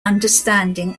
understanding